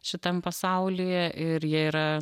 šitam pasaulyje ir jie yra